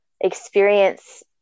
experience